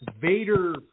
Vader